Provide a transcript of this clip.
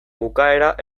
bukaera